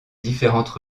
différentes